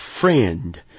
friend